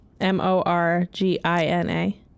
m-o-r-g-i-n-a